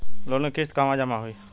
Loan के किस्त कहवा जामा होयी?